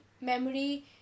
memory